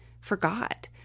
forgot